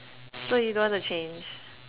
so you don't want to change